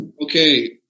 Okay